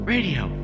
Radio